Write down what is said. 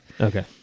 Okay